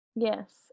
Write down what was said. Yes